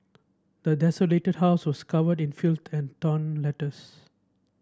the desolated house was covered in filth and torn letters